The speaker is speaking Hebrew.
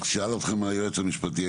שאל אתכם היועץ המשפטי,